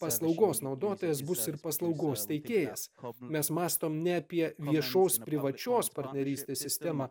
paslaugos naudotojas bus ir paslaugos teikėjas o mes mąstome ne apie viešos privačios partnerystės sistemą